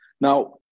Now